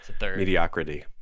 mediocrity